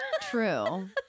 True